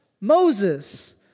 Moses